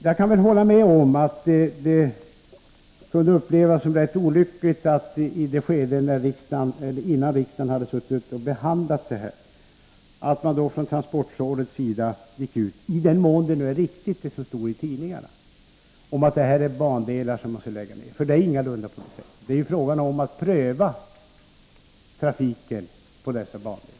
Jag kan hålla med om att det kunde upplevas som rätt olyckligt — i den mån det som stått i tidningarna är riktigt — att transportrådet, innan riksdagen behandlat frågan, gått ut och talat om ”bandelar som man skulle lägga ned”. Det är ingalunda så — det är ju fråga om att pröva trafiken på dessa bandelar.